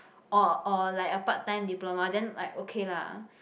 or or like a part time diploma then like okay lah